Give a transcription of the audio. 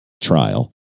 trial